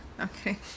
Okay